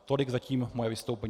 Tolik zatím moje vystoupení.